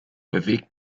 bewegt